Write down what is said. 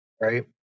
right